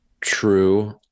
True